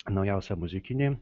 naujausią muzikinį